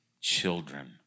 children